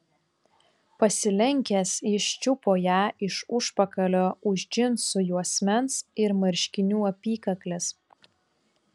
pasilenkęs jis čiupo ją iš užpakalio už džinsų juosmens ir marškinių apykaklės